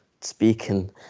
speaking